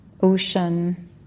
ocean